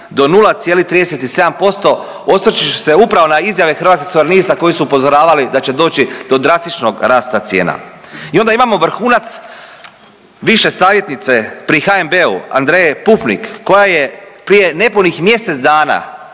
do 0,37% osvrćući se upravo na izjave Hrvatskih suverenista koji su upozoravali da će doći do drastičnog rasta cijena. I onda imamo vrhunac više savjetnice pri HNB-u Andreje Pufnik koja je prije nepunih mjesec dana